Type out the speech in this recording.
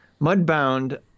Mudbound